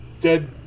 dead